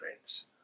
friends